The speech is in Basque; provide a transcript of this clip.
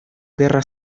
gerra